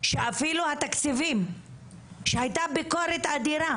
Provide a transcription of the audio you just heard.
שאפילו התקציבים שהייתה ביקורת אדירה